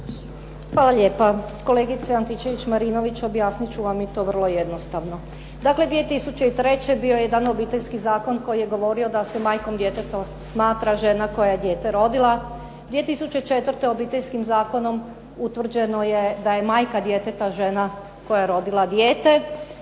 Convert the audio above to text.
Hvala lijepo. Kolegice Antičević-Marinović objasnit ću vam i to vrlo jednostavno. Dakle, 2003. bije je jedan Obiteljski zakon koji je govorio da se majkom smatra žena koja je dijete rodila. 2004. Obiteljskim zakonom utvrđeno je da je majka djeteta žena koja je rodila dijete.